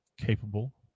capable